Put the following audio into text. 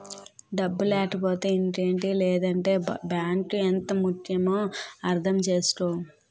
డబ్బు లేకపోతే ఇంకేటి లేదంటే బాంకు ఎంత ముక్యమో అర్థం చేసుకో